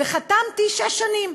וחתמתי שש שנים,